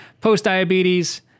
post-diabetes